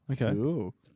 Okay